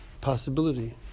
possibility